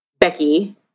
Becky